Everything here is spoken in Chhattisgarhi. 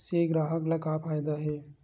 से ग्राहक ला का फ़ायदा हे?